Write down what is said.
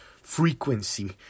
frequency